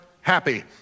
happy